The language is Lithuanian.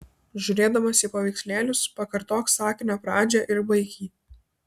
žiūrėdamas į paveikslėlius pakartok sakinio pradžią ir baik jį